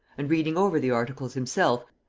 and reading over the articles himself,